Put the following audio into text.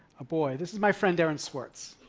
a boy. this is my friend aaron swartz.